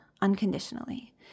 unconditionally